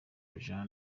jean